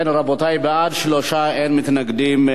אכן, רבותי, שלושה בעד, אין מתנגדים.